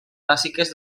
bàsiques